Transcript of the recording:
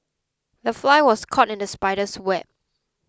the fly was caught in the spider's web